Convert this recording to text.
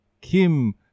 Kim